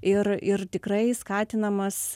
ir ir tikrai skatinamas